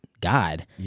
God